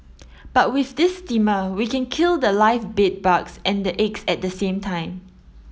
but with this steamer we can kill the live bed bugs and the eggs at the same time